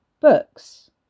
books